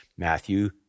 Matthew